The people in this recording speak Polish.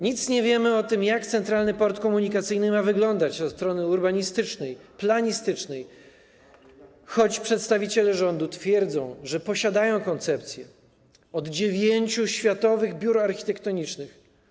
Nie wiemy, jak Centralny Port Komunikacyjny ma wyglądać od strony urbanistycznej, planistycznej, choć przedstawiciele rządu twierdzą, że posiadają koncepcje od dziewięciu światowych biur architektonicznych.